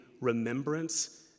remembrance